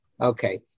Okay